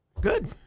Good